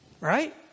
right